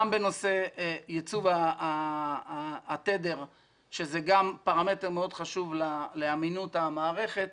גם בנושא ייצוב התדר שגם הוא פרמטר מאוד חשוב לאמינות המערכת,